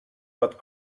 but